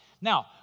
Now